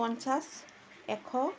পঞ্চাছ এশ